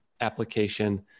application